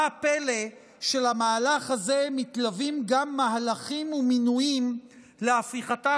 מה הפלא שלמהלך הזה מתלווים גם מהלכים ומינויים להפיכתה